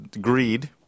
greed